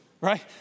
Right